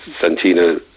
Santina